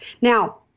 Now